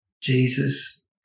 Jesus